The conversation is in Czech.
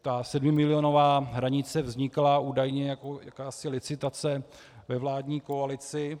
Ta sedmimilionová hranice vznikla údajně jako jakási licitace ve vládní koalici.